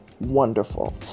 wonderful